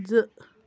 زٕ